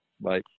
Bye